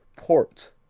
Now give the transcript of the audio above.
port,